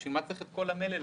בשביל מה צריך את כל המלל הזה?